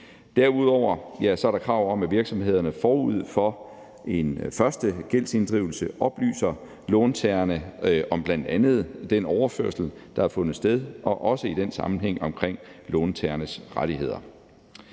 Derudover er der krav om, at virksomhederne forud for en første gældsinddrivelse oplyser låntagerne om bl.a. den overførsel, der har fundet sted, og i den sammenhæng også om låntagernes rettigheder.